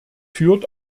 führt